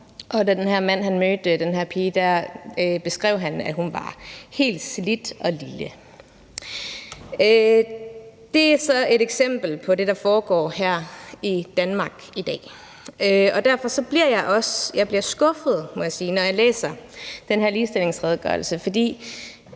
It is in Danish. og da den her mand mødte den her pige, beskrev han, at hun var helt slidt og lille. Det er så et eksempel på det, der foregår her i Danmark i dag. Derfor bliver jeg også skuffet, må jeg sige, når jeg læser den her ligestillingsredegørelse. For